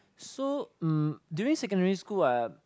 so um during secondary school ah